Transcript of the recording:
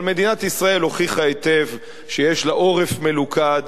אבל מדינת ישראל הוכיחה היטב שיש לה עורף מלוכד,